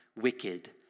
wicked